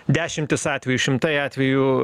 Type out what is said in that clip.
dešimtys atvejų šimtai atvejų